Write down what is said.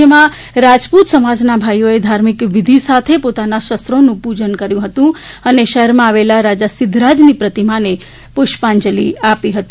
જેમાં રાજપૂત સમાજના ભાઈઓએ ધાર્મિક વિધિ સાથે પોતાના શસ્ત્રોનું પૂજન કર્યું હતું અને શહેરમાં આવેલ રાજા સિદ્ધરાજની પ્રતિમાને પુષ્પાંજલી અર્પવામાં આવી હતી